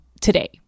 today